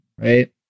right